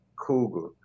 cougar